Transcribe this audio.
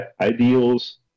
ideals